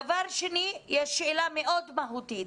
דבר שני, יש שאלה מאוד מהותית.